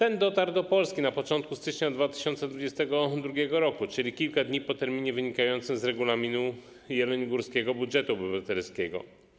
Pojazd dotarł do Polski na początku stycznia 2022 r., czyli kilka dni po terminie wynikającym z regulaminu Jeleniogórskiego Budżetu Obywatelskiego.